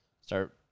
Start